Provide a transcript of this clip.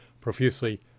profusely